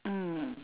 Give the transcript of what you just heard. mm